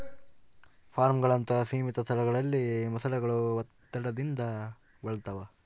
ಫಾರ್ಮ್ಗಳಂತಹ ಸೀಮಿತ ಸ್ಥಳಗಳಲ್ಲಿ ಮೊಸಳೆಗಳು ಒತ್ತಡದಿಂದ ಬಳಲ್ತವ